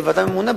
כוועדה ממונה,